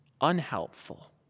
unhelpful